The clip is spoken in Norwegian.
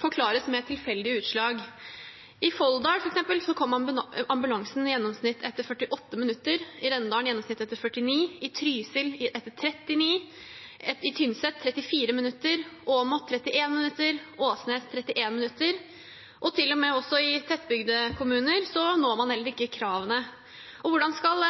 forklares med tilfeldige utslag. I Folldal, f.eks., kom ambulansen i gjennomsnitt etter 48 minutter, i Rendalen gjennomsnittlig etter 49 minutter, i Trysil etter 39 minutter, i Tynset etter 34 minutter, i Åmot etter 31 minutter og i Åsnes etter 31 minutter. Heller ikke i tettbygde kommuner når man kravene. Hvordan skal